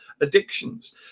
addictions